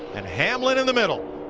and hamlin in the middle.